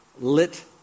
lit